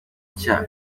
icyaha